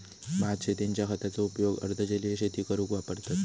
भात शेतींच्या खताचो उपयोग अर्ध जलीय शेती करूक वापरतत